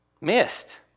Missed